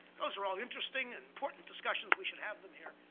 those are all interesting and important discussions. we should have them here.